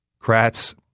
Kratz